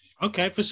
Okay